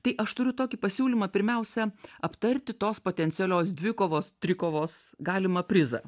tai aš turiu tokį pasiūlymą pirmiausia aptarti tos potencialios dvikovos trikovos galimą prizą